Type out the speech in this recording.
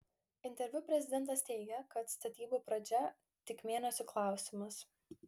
interviu prezidentas teigė kad statybų pradžia tik mėnesių klausimas